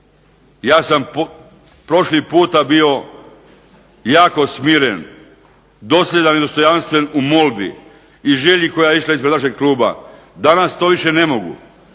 Ja sam prošli puta bio jako smiren, dosljedan i dostojanstven u molbi i želji koja je išla ispred našeg kluba. Danas to više ne mogu